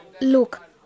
Look